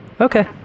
Okay